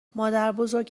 مادربزرگ